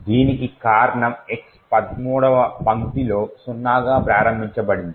దీనికి కారణం x 13వ పంక్తిలో సున్నాగా ప్రారంభించబడింది